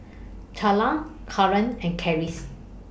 Charla Clarnce and Karis